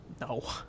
No